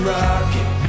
rocket